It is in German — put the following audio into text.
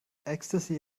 ecstasy